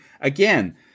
Again